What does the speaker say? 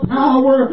power